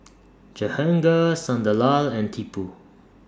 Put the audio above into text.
Jehangirr Sunderlal and Tipu